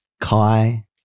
Kai